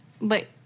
but-